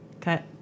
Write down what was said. cut